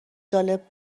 جالب